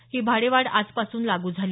ही भाडेवाढ आजपासून लागू झाली